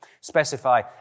specify